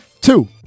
two